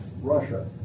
Russia